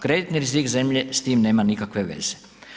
Kreditni rizik zemlje s tim nema nikakve veze.